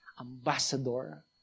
ambassador